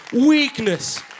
weakness